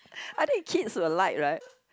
I think kids will like right